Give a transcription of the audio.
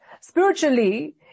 Spiritually